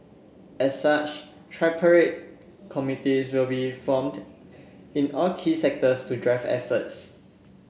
as such tripartite committees will be formed in all key sectors to drive efforts